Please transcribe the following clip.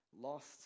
lost